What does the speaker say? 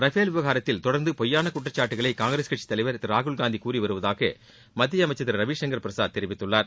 Rafale விவகாரத்தில் தொடர்ந்து பொய்யான குற்றச்சாட்டுகளை காங்கிரஸ் கட்சி தலைவர் திரு ராகுல்காந்தி கூறிவருவதாக மத்திய அமைச்சர் திரு ரவிசங்கர் பிரசாத் தெரிவித்துள்ளார்